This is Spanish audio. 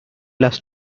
las